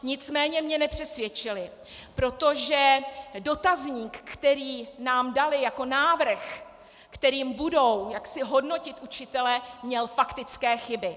Mě nicméně nepřesvědčili, protože dotazník, který nám dali jako návrh, kterým budou jaksi hodnotit učitele, měl faktické chyby.